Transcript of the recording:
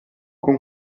con